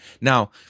Now